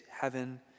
heaven